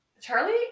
Charlie